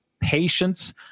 patience